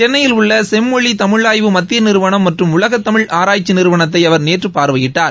சென்னையில் உள்ள செம்மொழி தமிழாய்வு மத்திய நிறுவனம் மற்றும் உலகத் தமிழ் ஆராய்ச்சி நிறுவனத்தை அவர் நேற்று பார்வையிட்டார்